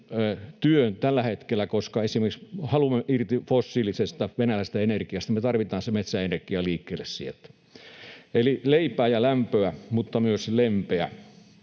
työn tällä hetkellä, koska esimerkiksi haluamme irti fossiilisesta venäläisestä energiasta ja me tarvitaan se metsäenergia liikkeelle sieltä. Eli leipää ja lämpöä, mutta myös lempeä